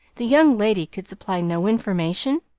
the young lady could supply no information?